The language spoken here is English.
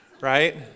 Right